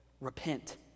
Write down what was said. repent